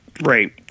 Right